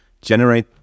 generate